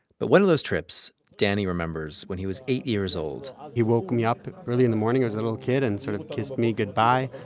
but one of those trips, danny remembers, when he was eight years old he woke me up early in the morning i was a little kid and sort of kissed me goodbye.